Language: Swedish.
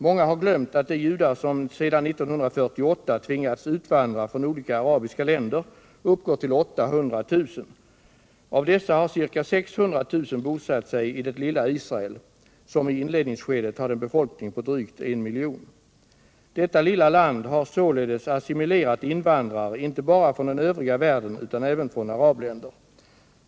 Många har glömt att de judar som sedan 1948 tvingats utvandra från olika arabiska länder uppgår till 800 000. Av dessa har ca 600 000 bosatt sig i det lilla Israel, som i inledningsskedet hade en befolkning på drygt 1 miljon. Detta lilla land har således assimilerat invandrare inte bara från den övriga världen utan även från arabländer.